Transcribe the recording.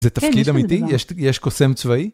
זה תפקיד עם אמיתי? יש קוסם צבאי?